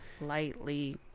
lightly